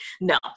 No